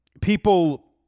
People